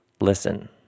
listen